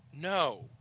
No